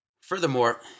Furthermore